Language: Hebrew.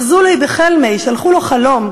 אחזו ליה בחלמיה, שלחו לו חלום.